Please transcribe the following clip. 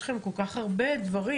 יש לכם כל כך הרבה אתגרים,